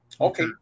Okay